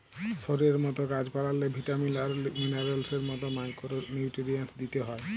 শরীরের মত গাহাচ পালাল্লে ভিটামিল আর মিলারেলস এর মত মাইকোরো নিউটিরিএন্টস দিতে হ্যয়